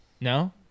No